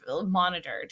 monitored